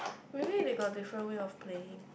maybe they got different way of playing